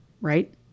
right